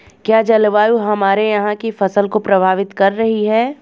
क्या जलवायु हमारे यहाँ की फसल को प्रभावित कर रही है?